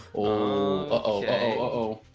um but oh